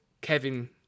Kevin